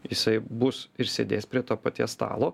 jisai bus ir sėdės prie to paties stalo